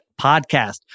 podcast